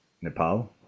nepal